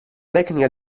tecnica